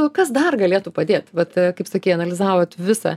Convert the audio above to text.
o kas dar galėtų padėt vat kaip sakei analizavot visą